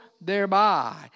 thereby